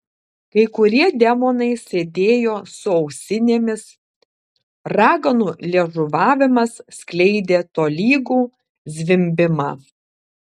kai kurie demonai sėdėjo su ausinėmis raganų liežuvavimas skleidė tolygų zvimbimą